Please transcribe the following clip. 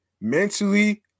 Mentally